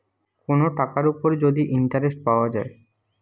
কোন টাকার উপর যদি ইন্টারেস্ট পাওয়া যায়